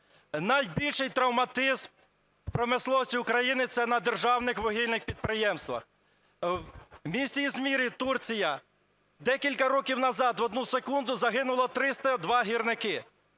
Найбільший травматизм у промисловості України – це на державних вугільних підприємствах. В місті Ізмірі (Турція) декілька років назад в одну секунду загинуло 302 гірники.